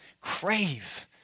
crave